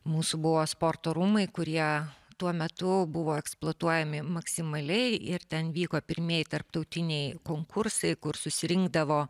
mūsų buvo sporto rūmai kurie tuo metu buvo eksploatuojami maksimaliai ir ten vyko pirmieji tarptautiniai konkursai kur susirinkdavo